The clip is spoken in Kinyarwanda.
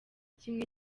kimwe